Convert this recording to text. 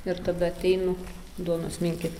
ir tada ateinu duonos minkyt